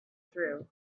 through